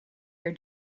your